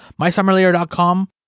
Mysummerlayer.com